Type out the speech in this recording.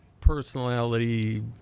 personality